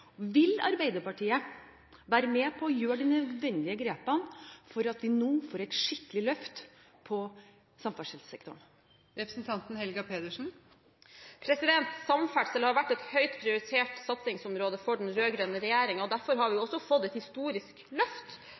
Vil Arbeiderpartiet være med på å gjøre de nødvendige grepene for at vi nå skal få et skikkelig løft på samferdselssektoren? Samferdsel har vært et høyt prioritert satsingsområde for den rød-grønne regjeringen. Derfor har vi også fått et historisk løft